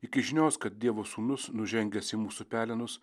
iki žinios kad dievo sūnus nužengęs į mūsų pelenus